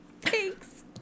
Thanks